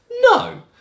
No